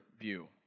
view